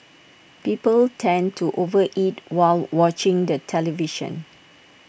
people tend to over eat while watching the television